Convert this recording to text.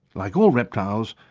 like all reptiles,